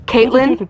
Caitlin